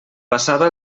passava